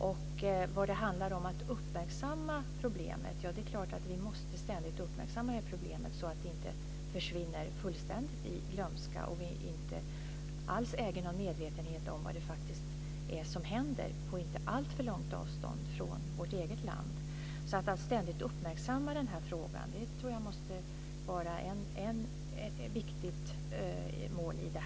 Det är klart att vi ständigt måste uppmärksamma det här problemet så att det inte fullständigt faller i glömska och vi inte alls har någon medvetenhet om vad som faktiskt händer på inte alltför långt avstånd från vårt eget land. Att ständigt uppmärksamma den här frågan tror jag måste vara ett viktigt mål i arbetet.